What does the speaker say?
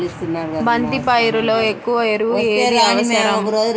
బంతి పైరులో ఎక్కువ ఎరువు ఏది అవసరం?